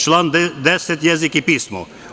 Član 10. jezik i pismo.